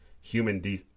human